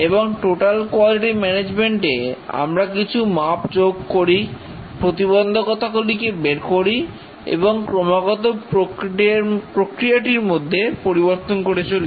এবং total quality management এ আমরা কিছু মাপ যোগ করি প্রতিবন্ধকতাগুলিকে বের করি এবং ক্রমাগত প্রক্রিয়াটির মধ্যে পরিবর্তন করে চলি